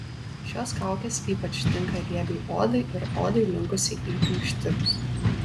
šios kaukės ypač tinka riebiai odai ir odai linkusiai į inkštirus